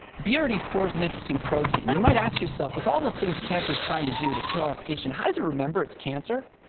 b r d four is an interesting protein. you might ask with all the things cancer's trying to do to kill our patient, how does it remember it's cancer?